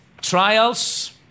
trials